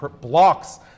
blocks